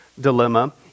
dilemma